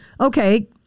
okay